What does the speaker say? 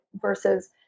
versus